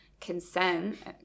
consent